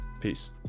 peace